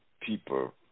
people